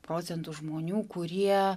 procentų žmonių kurie